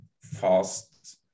fast